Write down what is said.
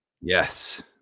Yes